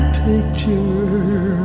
picture